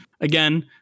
again